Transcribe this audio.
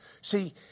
See